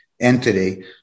entity